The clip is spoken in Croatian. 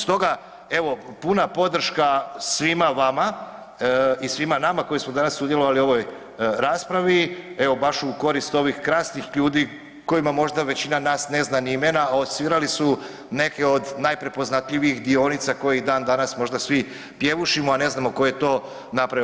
Stoga evo puna podrška svima vama i svima nama koji smo danas sudjelovali u ovoj raspravi, evo baš u korist ovih krasnih ljudi kojima možda većina nas ne zna ni imena, a odsvirali su neke od najprepoznatljivijih dionica koje i dan danas možda svi pjevušimo, a ne znamo tko je to napravio.